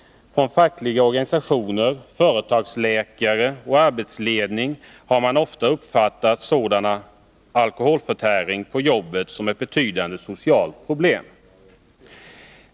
Från fackliga organisationer, företagsläkare och arbetsledning har man ofta uppfattat sådan alkoholförtäring på jobbet som ett betydande socialt problem.